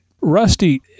rusty